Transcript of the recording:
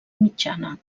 mitjana